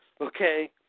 okay